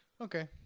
okay